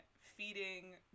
feeding